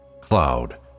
Cloud